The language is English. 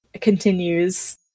continues